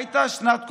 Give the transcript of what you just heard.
הייתה שנת קורונה.